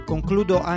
Concludo